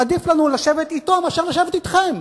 עדיף לנו לשבת אתו מאשר לשבת אתכם.